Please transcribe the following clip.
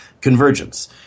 Convergence